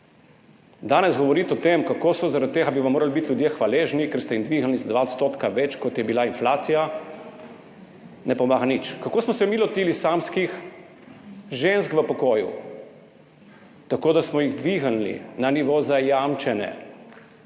Danes govoriti o tem, kako bi vam morali biti zaradi tega ljudje hvaležni, ker ste jim dvignili za 2 % več, kot je bila inflacija, ne pomaga nič. Kako smo se mi lotili samskih žensk v pokoju? Tako, da smo jih dvignili na nivo zajamčene